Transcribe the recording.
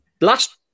Last